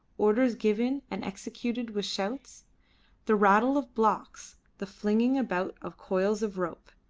orders given and executed with shouts the rattle of blocks, the flinging about of coils of rope.